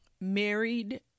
married